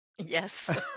Yes